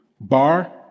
Bar